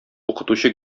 укытучы